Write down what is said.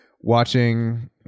watching